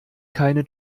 keine